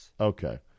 Okay